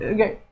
Okay